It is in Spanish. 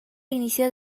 inicio